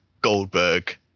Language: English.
Goldberg